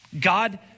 God